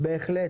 בהחלט